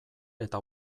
eta